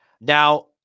Now